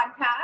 podcast